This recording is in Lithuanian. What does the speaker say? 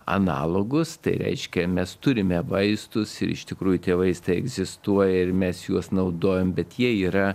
analogus tai reiškia mes turime vaistus ir iš tikrųjų tie vaistai egzistuoja ir mes juos naudojam bet jie yra